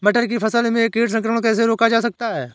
मटर की फसल में कीट संक्रमण कैसे रोका जा सकता है?